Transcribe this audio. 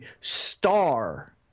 star